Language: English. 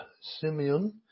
Simeon